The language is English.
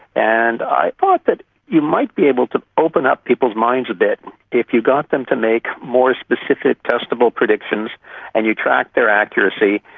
and i thought that you might be able to open up people's minds a bit if you got them to make more specific testable predictions and you tracked their accuracy,